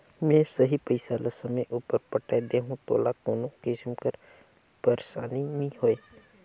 में सही पइसा ल समे उपर पटाए देहूं तोला कोनो किसिम कर पइरसानी नी होए